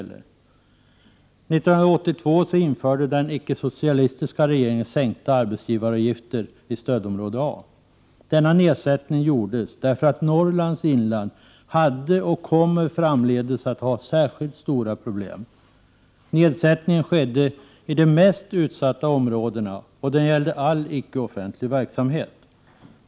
1982 införde den icke-socialistiska regeringen sänkta arbetsgivaravgifter i stödområde A. Denna nedsättning gjordes därför att Norrlands inland hade och kommer framdeles att ha särskilt stora problem. Nedsättningen skedde i de mest utsatta områdena, och den gällde all icke offentlig verksamhet.